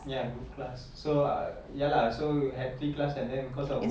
ya group class so uh ya lah so had three class and then because of COVID